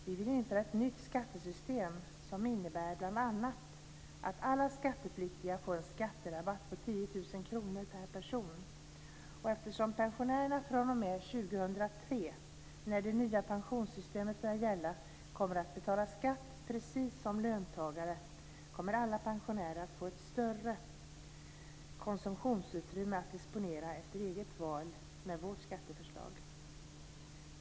Vi vill införa ett nytt skattesystem som innebär bl.a. att alla skattepliktiga får en skatterabatt på 10 000 kr per person. Eftersom pensionärerna fr.o.m. 2003, när det nya pensionssystemet börjar gälla, kommer att betala skatt precis som löntagare kommer alla pensionärer att få ett större konsumtionsutrymme att disponera efter eget val med vårt skatteförslag.